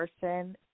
person